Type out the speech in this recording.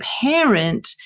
parent